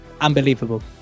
unbelievable